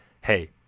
Hey